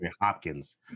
Hopkins